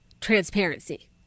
transparency